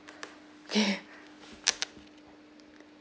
okay